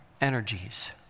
energies